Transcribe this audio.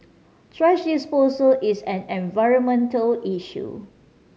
thrash disposal is an environmental issue